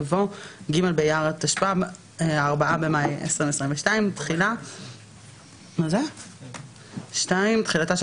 יבוא 'ג׳ באייר התשפ״ב (4 במאי 2022)'. 2. תחילתה של